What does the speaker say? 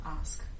ask